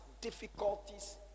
difficulties